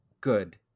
Good